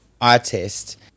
artist